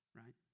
right